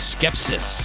Skepsis